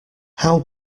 how